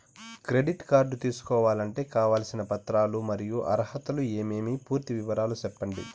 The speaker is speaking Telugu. క్రెడిట్ కార్డు తీసుకోవాలంటే కావాల్సిన పత్రాలు మరియు అర్హతలు ఏమేమి పూర్తి వివరాలు సెప్పండి?